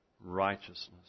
Righteousness